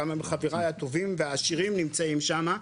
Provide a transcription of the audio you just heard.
כמה מחבריי הטובים והעשירים נמצאים שם,